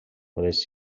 modest